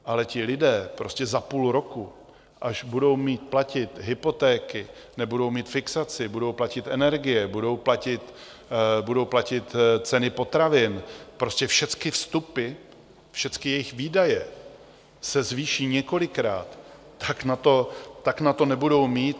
Ale ti lidé prostě za půl roku, až budou mít platit hypotéky, nebudou mít fixaci, budou platit energie, budou platit ceny potravin, prostě všecky vstupy, všecky jejich výdaje se zvýší několikrát, tak na to nebudou mít.